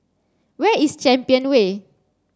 where is Champion Way